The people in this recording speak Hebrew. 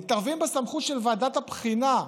מתערבים בסמכות של ועדת הבחינה,